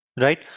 right